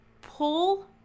pull